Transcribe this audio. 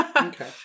Okay